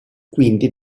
quindi